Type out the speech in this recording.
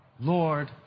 Lord